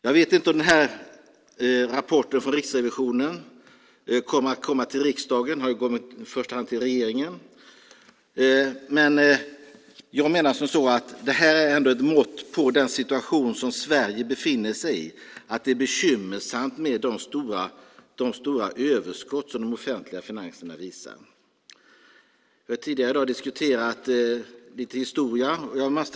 Jag vet inte om den här rapporten från Riksrevisionen kommer till riksdagen - den har kommit i första hand till regeringen. Men jag menar att det här är ett mått på den situation som Sverige befinner sig i, att det är bekymmersamt med de stora överskott som de offentliga finanserna visar. Vi har tidigare i dag diskuterat historia.